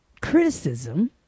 criticism